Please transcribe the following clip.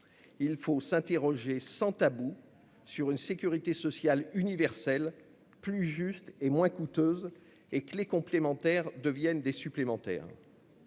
Il faut s'interroger, sans tabou, sur une sécurité sociale universelle plus juste et moins coûteuse, et les complémentaires doivent devenir des supplémentaires.